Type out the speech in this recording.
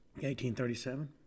1837